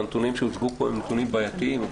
והנתונים שהוצגו פה הם נתונים בעייתיים.